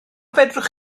fedrwch